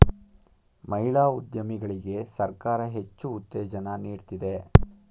ಮಹಿಳಾ ಉದ್ಯಮಿಗಳಿಗೆ ಸರ್ಕಾರ ಹೆಚ್ಚು ಉತ್ತೇಜನ ನೀಡ್ತಿದೆ